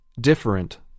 different